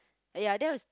ah ya that was